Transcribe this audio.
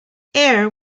eyre